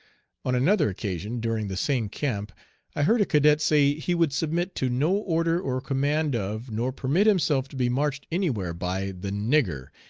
on another occasion during the same camp i heard a cadet say he would submit to no order or command of, nor permit himself to be marched anywhere by the nigger,